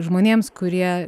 žmonėms kurie